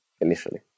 initially